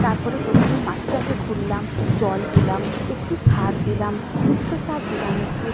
তার পরে প্রথমে মাটিটাকে খুঁড়লাম জল দিলাম একটু সার দিলাম মিশ্র সার দিলাম একটু